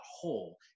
whole